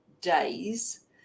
days